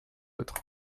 autres